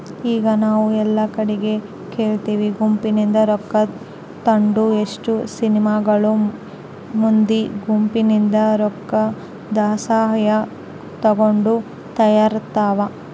ಈಗ ನಾವು ಎಲ್ಲಾ ಕಡಿಗೆ ಕೇಳ್ತಿವಿ ಗುಂಪಿನಿಂದ ರೊಕ್ಕ ತಾಂಡು ಎಷ್ಟೊ ಸಿನಿಮಾಗಳು ಮಂದಿ ಗುಂಪಿನಿಂದ ರೊಕ್ಕದಸಹಾಯ ತಗೊಂಡು ತಯಾರಾತವ